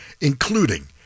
including